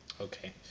okay